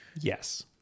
yes